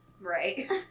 Right